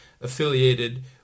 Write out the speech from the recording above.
affiliated